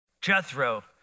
Jethro